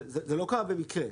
זה לא קרה במקרה,